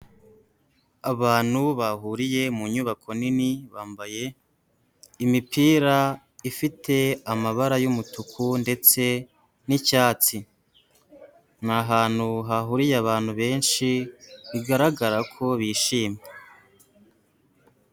Abantu bahuriye mu nyubako nini bambaye imipira ifite amabara y'umutuku ndetse n'icyatsi, ni ahantu hahuriye abantu benshi bigaragara ko bishimye.